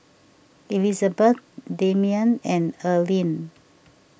Elizbeth Demian and Earlean